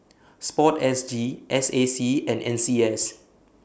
Sport S G S A C and N C S